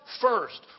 first